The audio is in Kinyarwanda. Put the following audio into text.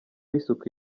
isuku